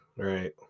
right